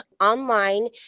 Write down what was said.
online